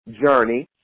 journey